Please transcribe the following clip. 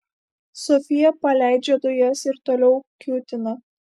sofija paleidžia dujas ir toliau kiūtina